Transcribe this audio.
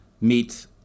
meet